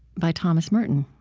by thomas merton.